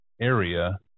area